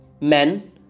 Men